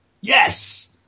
Yes